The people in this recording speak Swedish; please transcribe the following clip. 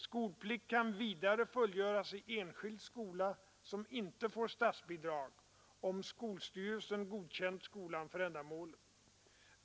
Skolplikt kan vidare fullgöras i enskild skola som inte får statsbidrag om skolstyrelsen godkänt skolan för ändamålet.